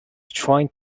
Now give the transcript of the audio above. trying